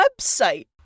website